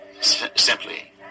simply